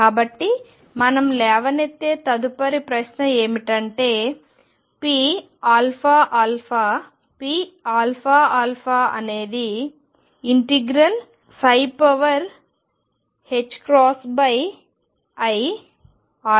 కాబట్టి మనం లేవనెత్తే తదుపరి ప్రశ్న ఏమిటంటే pαα pαα అనేది ∫iddx dx